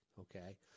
Okay